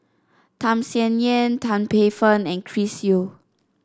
Tham Sien Yen Tan Paey Fern and Chris Yeo